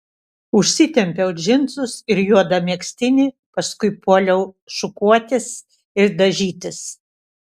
užsitempiau džinsus ir juodą megztinį paskui puoliau šukuotis ir dažytis